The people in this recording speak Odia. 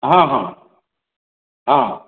ହଁ ହଁ ହଁ